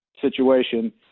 situation